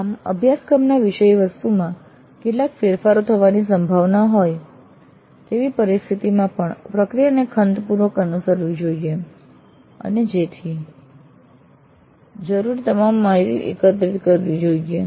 આમ અભ્યાસક્રમના વિષયવસ્તુમાં કેટલાક ફેરફારો થવાની સંભાવના હોય તેવી પરિસ્થિતિઓમાં પણ પ્રક્રિયાને ખંતપૂર્વક અનુસરવી જોઈએ અને જરૂરી તમામ માહિતી એકત્રિત કરીને નોંધવી જોઈએ